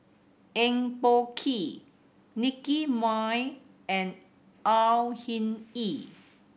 Eng Boh Kee Nicky Moey and Au Hing Yee